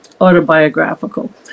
autobiographical